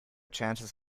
chances